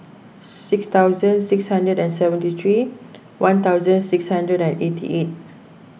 six thousand six hundred and seventy three one thousand six hundred and eighty eight